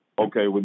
Okay